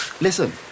Listen